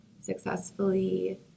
successfully